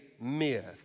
myth